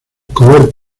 color